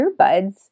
earbuds